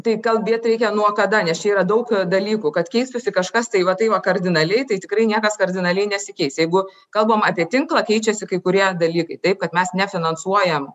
tai kalbėt reikia nuo kada nes čia yra daug dalykų kad keistųsi kažkas tai va tai va kardinaliai tai tikrai niekas kardinaliai nesikeis jeigu kalbam apie tinklą keičiasi kai kurie dalykai taip kad mes nefinansuojam